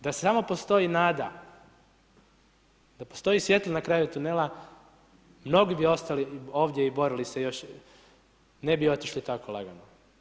Da samo postoji nada, da postoji svjetlo na kraju tunela, mnogi bi ostali ovdje i borili se još, ne bi otišli tako lagano.